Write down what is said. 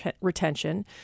retention